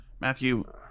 Matthew